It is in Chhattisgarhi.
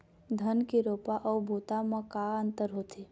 धन के रोपा अऊ बोता म का अंतर होथे?